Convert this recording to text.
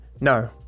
No